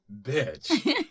bitch